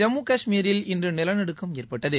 ஜம்மு கஷ்மீரில் இன்று நிலநடுக்கம் ஏற்பட்டது